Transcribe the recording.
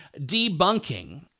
debunking